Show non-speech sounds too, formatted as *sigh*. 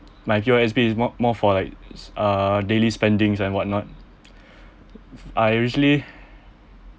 my P_O_S_B is more more for like uh daily spendings and whatnot *breath* I usually